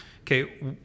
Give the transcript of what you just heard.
okay